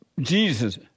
Jesus